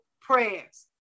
prayers